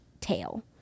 tail